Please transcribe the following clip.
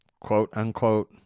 quote-unquote